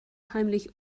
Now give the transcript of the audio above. heimlich